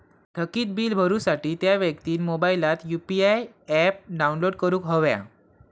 थकीत बील भरुसाठी त्या व्यक्तिन मोबाईलात यु.पी.आय ऍप डाउनलोड करूक हव्या